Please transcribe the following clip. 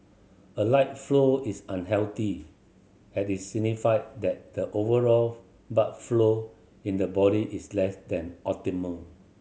a light flow is unhealthy as it signified that the overall blood flow in the body is less than optimal